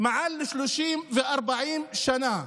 מעל 30 ו-40 שנה.